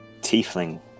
tiefling